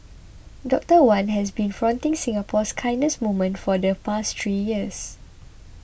Doctor Wan has been fronting Singapore's kindness movement for the past three years